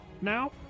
now